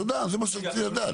תודה, זה מה שרציתי לדעת.